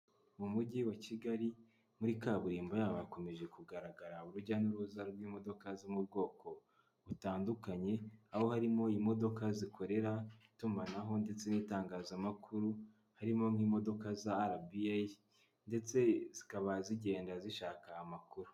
Mu mujyi wa kigali muri kaburimbo yabo hakomeje kugaragara urujya n'uruza rw'imodoka zo mu bwoko butandukanye, aho harimo imodoka zikorera itumanaho ndetse n'itangazamakuru, harimo nk'imodoka za RBA ndetse zikaba zigenda zishaka amakuru.